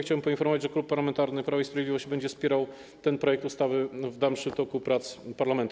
Chciałbym poinformować, że Klub Parlamentarny Prawo i Sprawiedliwość będzie wspierał ten projekt ustawy w dalszym toku prac parlamentu.